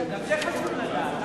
גם זה חשוב לדעת.